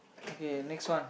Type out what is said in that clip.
okay next one